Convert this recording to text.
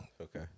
Okay